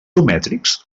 geomètrics